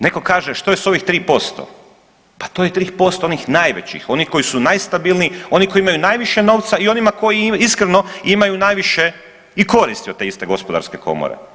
Netko kaže što je s ovih 3%, pa to je 3% onih najvećih, onih koji su najstabilniji, oni koji imaju najviše novca i onima koji iskreno imaju najviše i koristi od te iste gospodarske komore.